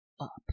up